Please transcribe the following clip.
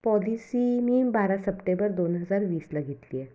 policy मी बारा September दोन हजार वीसला घेतली आहे